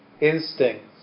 instincts